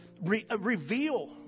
reveal